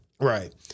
Right